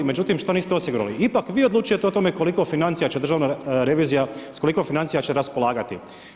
Međutim što niste osigurali, ipak vi odlučujete o tome koliko financija će državna revizija, s koliko financija će raspolagati.